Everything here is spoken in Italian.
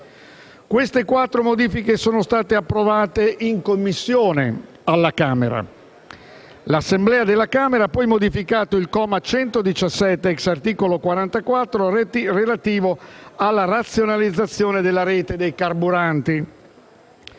Queste quattro modifiche sono state approvate in Commissione alla Camera; l'Assemblea della Camera ha poi modificato il comma 117, *ex* articolo 44, relativo alla razionalizzazione della rete dei carburanti